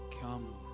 Come